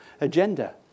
agenda